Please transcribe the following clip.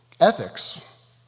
Ethics